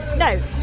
No